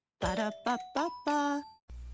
Ba-da-ba-ba-ba